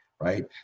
right